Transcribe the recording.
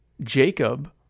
Jacob